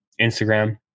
instagram